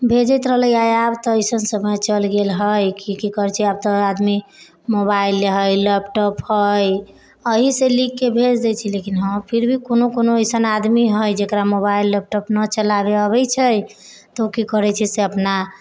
भेजैत रहलै आब तऽ अइसन समय चलि गेल है कि कहै छै कि की कहै छै आब तऽ आदमी मोबाइल हय लैपटॉप हय अहिसँ लिखिके भेज दै छै लेकिन हाँ फिर भी कोनो कोनो अइसन आदमी हय जकरा मोबाइल लैपटॉप नहि चलाबै आबै छै तऽ ओ की करै छै से अपना